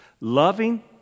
Loving